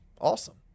awesome